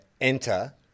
enter